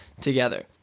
together